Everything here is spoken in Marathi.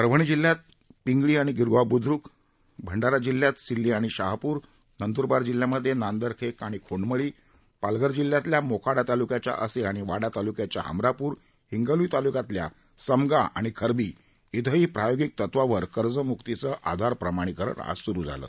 परभणी जिल्ह्यात पिंगळी आणि गिरगाव ब्द्रूक या दोन गावात तर भंडारा जिल्ह्यातल्या सिल्ली आणि शहापूर नंदूरबार जिल्हयातल्या नांदर्ख आणि खोंडमळी पालघर जिल्हयातल्या मोखाडा तालुक्याच्या असे आणि वाडा तालुक्याच्या हमरापूर हिंगोली तालुक्यातल्या समगा आणि खरबी इथंही प्रायोगिक तत्वावर कर्जमुक्तीचं आधार प्रमाणिकरण सुरु झालं